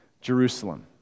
Jerusalem